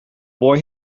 boy